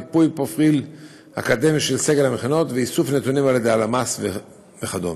מיפוי פרופיל אקדמי של סגל המכינות ואיסוף נתונים על ידי הלמ"ס וכדומה.